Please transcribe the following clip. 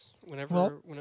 whenever